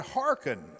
Hearken